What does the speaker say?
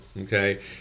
okay